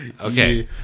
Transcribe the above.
Okay